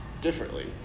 differently